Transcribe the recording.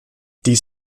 dies